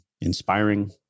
inspiring